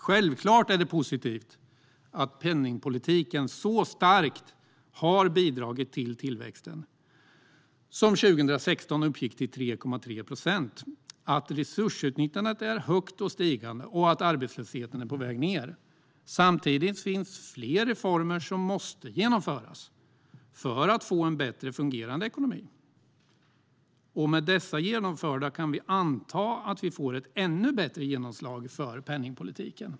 Självklart är det positivt att penningpolitiken så starkt har bidragit till tillväxten, som 2016 uppgick till 3,3 procent, och att resursutnyttjandet är högt och stigande samt arbetslösheten på väg ned. Samtidigt finns det fler reformer som måste genomföras för att vi ska få en bättre fungerande ekonomi, och med dem genomförda kan vi anta att vi får ett ännu bättre genomslag för penningpolitiken.